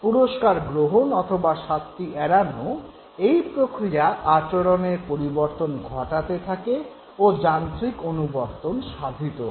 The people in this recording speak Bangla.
পুরস্কার গ্রহণ অথবা শাস্তি এড়ানো এই প্রক্রিয়া আচরণের পরিবর্তন ঘটাতে থাকে ও যান্ত্রিক অনুবর্তন সাধিত হয়